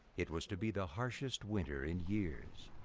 it was to be the harshest winter in years.